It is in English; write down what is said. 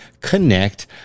connect